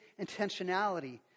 intentionality